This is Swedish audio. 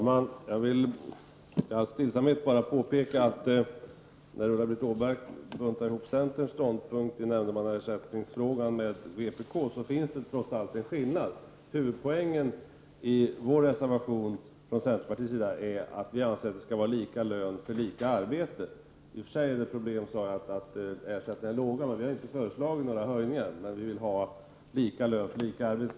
Herr talman! Ulla-Britt Åbark buntade ihop centerns ståndpunkt med vpk:s i frågan om nämndemannaersättningen. Jag vill i all stillsamhet bara påpeka att det trots allt finns en skillnad. Huvudpoängen i reservationen från centerpartiets sida är att vi anser att det skall vara lika lön för lika arbete. I och för sig är det ett problem, sade jag, att ersättningarna är låga. Vi har inte föreslagit några höjningar, men vi vill ha lika lön för lika arbete.